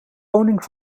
koning